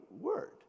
word